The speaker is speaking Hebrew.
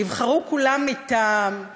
נבחרו כולם מטעם,